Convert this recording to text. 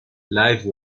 live